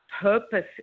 purpose